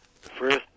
First